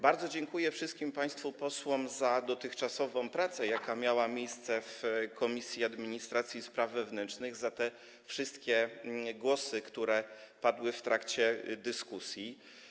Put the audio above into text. Bardzo dziękuję wszystkim państwu posłom za dotychczasową pracę, jaka miała miejsce w Komisji Administracji i Spraw Wewnętrznych, za te wszystkie głosy, które padły w trakcie dyskusji.